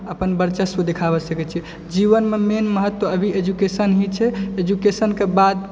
अपन वर्चस्व देखावय सकै छियै जीवन मे मेन महत्व अभी एजुकेशन ही छै एजुकेशन के बाद